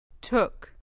took